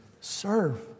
Serve